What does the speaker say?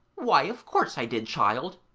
why, of course i did, child